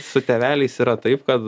su tėveliais yra taip kad